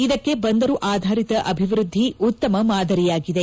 ಇದಕ್ಕೆ ಬಂದರು ಆಧಾರಿತ ಅಭಿವ್ವದ್ದಿ ಉತ್ತಮ ಮಾದರಿಯಾಗಿದೆ